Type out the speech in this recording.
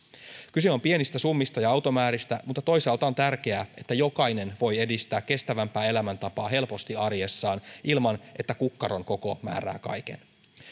kyse on pienistä summista ja automääristä mutta toisaalta on tärkeää että jokainen voi edistää kestävämpää elämäntapaa helposti arjessaan ilman että kukkaron koko määrää kaiken